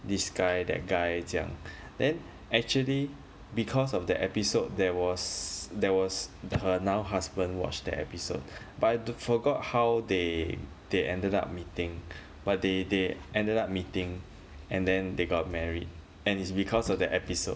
this guy that guy 这样 then actually because of that episode there was there was her now husband watch that episode but I forgot how they they ended up meeting but they they ended up meeting and then they got married and it's because of that episode